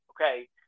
okay